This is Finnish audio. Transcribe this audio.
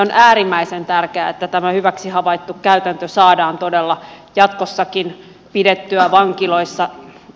on äärimmäisen tärkeää että tämä hyväksi havaittu käytäntö saadaan todella jatkossakin pidettyä vankiloissa